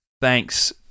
Thanks